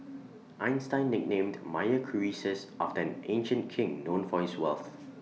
Einstein nicknamed Meyer Croesus after an ancient king known for his wealth